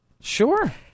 sure